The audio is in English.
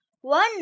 One